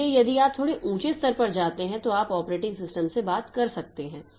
इसलिए यदि आप थोड़े ऊँचे स्तर पर जाते हैं तो आप ऑपरेटिंग सिस्टम से बात कर सकते हैं